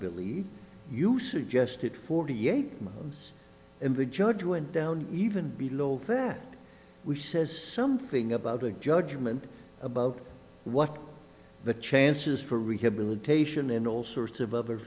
believe you suggested forty eight in the judge went down even below that which says something about a judgment about what the chances for rehabilitation and all sorts of other